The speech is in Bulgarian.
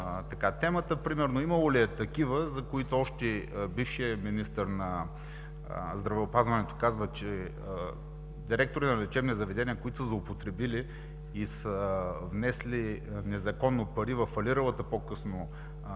темата. Примерно имало ли е такива, за които още бившият министър на здравеопазването казва, че директори на лечебни заведения са злоупотребили и са внесли незаконно пари във фалиралата по-късно КТБ и